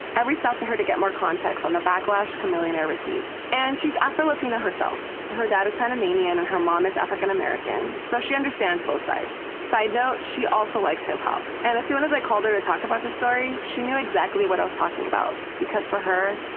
i reached out to her to get more context on the backlash chamillionaire received. and she's afro-latina herself. her dad is panamanian, and her mom is african-american, so she understands both sides. side note she also likes hip-hop. and as soon as i called her to talk about this story, she knew exactly what i was talking about because for her,